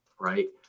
Right